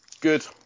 good